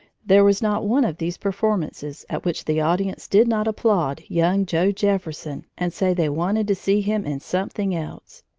there was not one of these performances at which the audience did not applaud young joe jefferson and say they wanted to see him in something else.